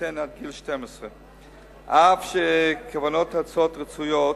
יינתן עד גיל 12. אף שכוונות ההצעה רצויות,